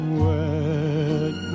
wet